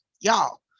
y'all